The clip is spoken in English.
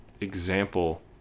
example